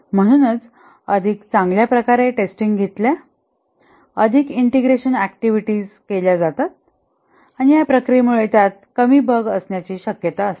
म्हणूनच अधिक चांगल्या प्रकारे टेस्टिंग घेतल्या अधिक इंटिग्रेशन ऍक्टिव्हिटीज केल्या जातात या प्रक्रिये मुळे त्यात कमी बग असण्याची शक्यता असते